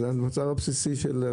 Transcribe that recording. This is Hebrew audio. מוצר בסיסי.